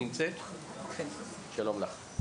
שלום לך.